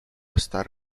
asta